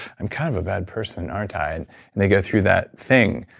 i'm kind of a bad person, aren't i? and and they go through that thing.